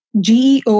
GEO